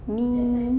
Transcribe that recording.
me